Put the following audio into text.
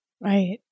Right